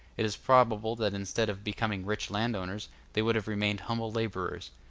it is probable that instead of becoming rich landowners they would have remained humble laborers,